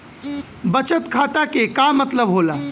बचत खाता के का मतलब होला?